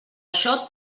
això